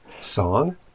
Song